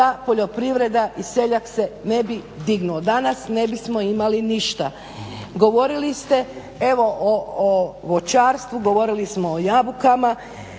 ta poljoprivreda i seljak s ne bi dignuo, danas ne bismo imali ništa. Govorili ste o voćarstvu, govorili smo o jabukama